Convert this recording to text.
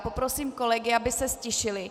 Poprosím kolegy, aby se ztišili.